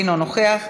אינו נוכח,